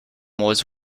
was